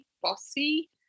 bossy